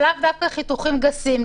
ולאו דווקא חיתוכים גסים.